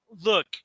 Look